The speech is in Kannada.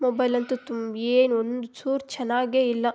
ಮೊಬೈಲ್ ಅಂತು ತುಂಬ ಏನು ಒಂದು ಚೂರು ಚೆನ್ನಾಗೆ ಇಲ್ಲ